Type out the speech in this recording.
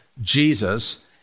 Jesus